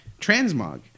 Transmog